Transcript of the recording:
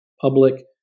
public